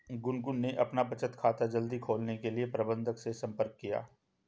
गुनगुन ने अपना बचत खाता जल्दी खोलने के लिए प्रबंधक से संपर्क किया